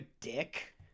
dick